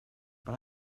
but